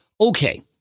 Okay